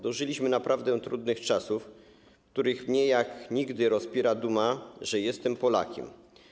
Dożyliśmy naprawdę trudnych czasów, w których mnie jak nigdy rozpiera duma, że jestem Polakiem.